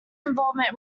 involvement